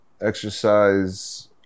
exercise